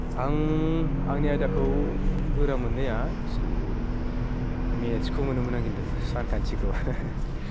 आं आंनि आयदाखौ गोरा मोननाया एसे मेथसखौ मोनोमोन आं खिन्थु सानखान्थिखौ